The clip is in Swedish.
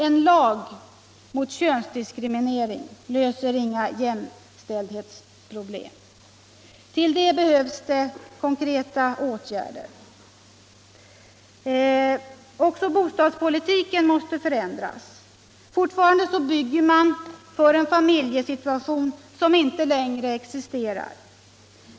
En lag mot könsdiskriminering löser inga jämställdhetsproblem. Till detta behövs konkreta åtgärder. Även bostadspolitiken måste förändras. Fortfarande bygger man för en familjesituation som inte längre existerar.